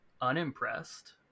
unimpressed